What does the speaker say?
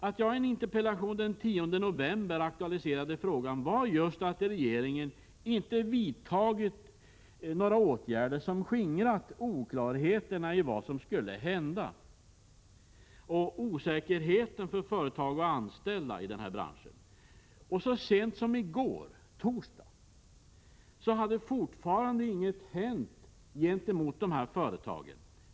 Att jag i en interpellation den 10 november aktualiserade frågan berodde på att regeringen inte vidtagit några åtgärder som skingrat oklarheterna i vad som skall hända och osäkerheten för företag och anställda i denna bransch. Så sent som i går, torsdag, hade fortfarande inget hänt gentemot dessa företag.